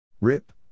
Rip